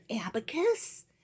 abacus